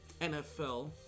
NFL